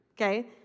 okay